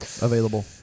available